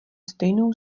stejnou